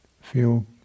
Feel